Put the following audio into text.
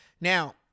now